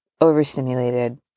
overstimulated